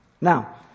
Now